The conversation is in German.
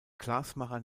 glasmacher